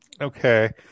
Okay